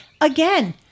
Again